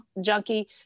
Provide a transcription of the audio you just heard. junkie